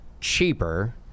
cheaper